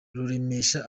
ruremesha